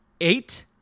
eight